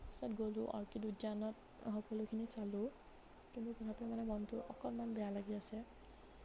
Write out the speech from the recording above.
তাৰপিছত গ'লোঁ অৰ্কিড উদ্যানত সকলোখিনি চালোঁ কিন্তু তথাপি মানে মনটো অকণমান বেয়া লাগি আছে